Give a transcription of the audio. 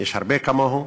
יש הרבה כמוהו.